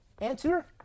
Answer